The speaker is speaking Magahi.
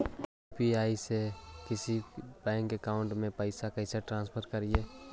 यु.पी.आई से किसी के बैंक अकाउंट में पैसा कैसे ट्रांसफर करी?